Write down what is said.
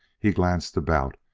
he glanced about,